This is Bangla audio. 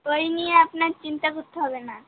ওই নিয়ে আপনার চিন্তা করতে হবে না